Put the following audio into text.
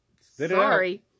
Sorry